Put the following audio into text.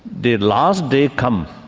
the last day come,